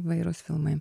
įvairūs filmai